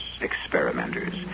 experimenters